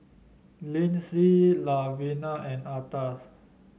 Lyndsey Lavina and Atlas